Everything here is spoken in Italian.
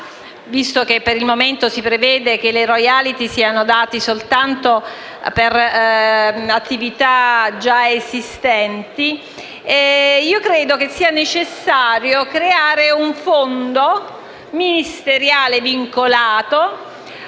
visto che per il momento si prevede che le royalty siano date soltanto ad attività già esistenti, credo sia necessario crea- re un fondo ministeriale vincolato